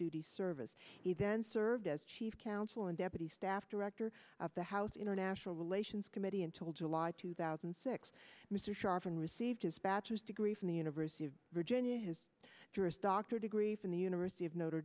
duty service he then served as counsel and deputy staff director of the house international relations committee until july two thousand and six mr sharpton received his bachelor's degree from the university of virginia his jurist dr degree from the university of notre